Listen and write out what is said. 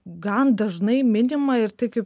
gan dažnai minima ir tai kaip